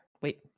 Wait